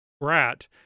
brat